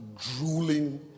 drooling